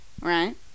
right